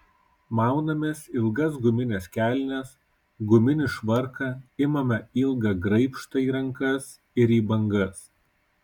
maunamės ilgas gumines kelnes guminį švarką imame ilgą graibštą į rankas ir į bangas